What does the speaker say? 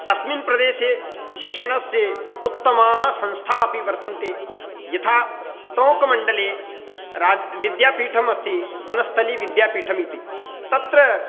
अस्मिन् प्रदेशे शिक्षणस्य उत्तमाः संस्थाः अपि वर्तन्ते यथा टोङ्कमण्डले विद्यापीठमस्ति वनस्तली विद्यापीठमिति तत्र